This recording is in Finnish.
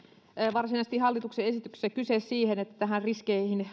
varsinaisesti hallituksen esityksessä on kyse siitä että riskeihin